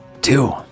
Two